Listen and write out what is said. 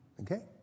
Okay